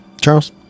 Charles